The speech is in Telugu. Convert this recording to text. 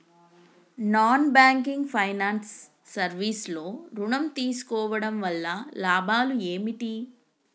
నాన్ బ్యాంకింగ్ ఫైనాన్స్ సర్వీస్ లో ఋణం తీసుకోవడం వల్ల లాభాలు ఏమిటి?